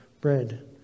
bread